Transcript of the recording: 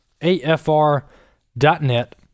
afr.net